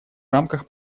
рамках